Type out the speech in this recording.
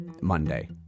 Monday